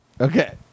Okay